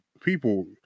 people